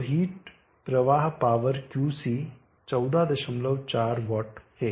तो हिट प्रवाह power Qc 144 W है